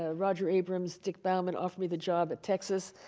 ah roger abrahams, dick bauman offered me the job at texas,